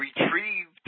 retrieved